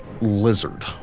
lizard